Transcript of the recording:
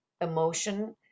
emotion